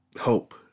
hope